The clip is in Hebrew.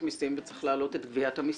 מיסים וצריך להעלות את גביית המיסים.